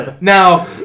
Now